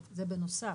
זה בנוסף.